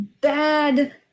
bad